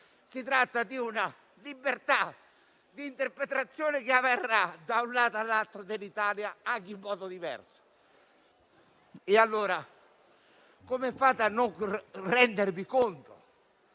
Si tratta di una libertà di interpretazione che avverrà da una parte all'altra dell'Italia anche in modo diverso. Come fate, allora, a non rendervi conto